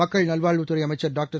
மக்கள் நல்வாழ்வுத்துறை அமைச்சர் டாக்டர்